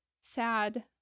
sad